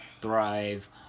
thrive